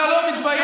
אתה לא מתבייש?